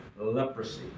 leprosy